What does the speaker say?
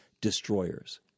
destroyers